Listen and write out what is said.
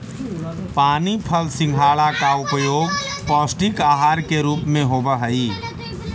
पानी फल सिंघाड़ा का प्रयोग पौष्टिक आहार के रूप में होवअ हई